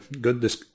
good